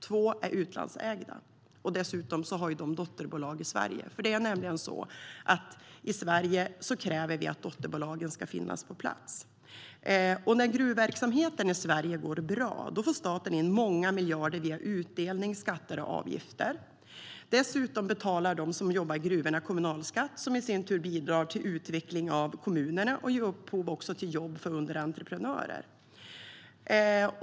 Två är utlandsägda av företag som dessutom har dotterbolag i Sverige. I Sverige kräver vi nämligen att dotterbolagen ska finnas på plats. När gruvverksamheten i Sverige går bra får staten in många miljarder via utdelning, skatter och avgifter. Dessutom betalar de som jobbar i gruvorna kommunalskatt, som i sin tur bidrar till utveckling av kommunerna och även ger upphov till jobb för underentreprenörer.